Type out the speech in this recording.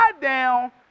down